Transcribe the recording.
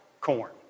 corn